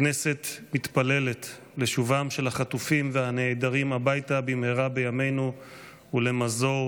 הכנסת מתפללת לשובם של החטופים והנעדרים הביתה במהרה בימינו ולמזור